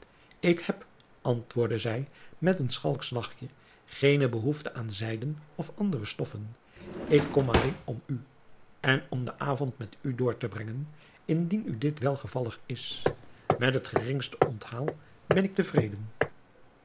ik heb antwoordde zij met een schalksch lachje geene behoefte aan zijden of andere stoffen ik kom alleen om u en om den avond met u door te brengen indien u dit welgevallig is met het geringste onthaal ben ik tevreden